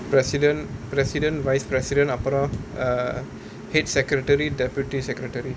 president president vice president அப்புறம்:appuram err secretary deputy secretary